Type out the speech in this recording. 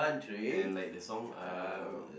and like the song uh